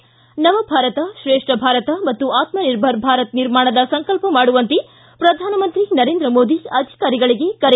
ಿ ನವಭಾರತ ಶ್ರೇಷ್ಠ ಭಾರತ ಮತ್ತು ಆತ್ಮಿರ್ಭರ ಭಾರತ ನಿರ್ಮಾಣದ ಸಂಕಲ್ಪ ಮಾಡುವಂತೆ ಪ್ರಧಾನಮಂತ್ರಿ ನರೇಂದ್ರ ಮೋದಿ ಅಧಿಕಾರಿಗಳಿಗೆ ಕರೆ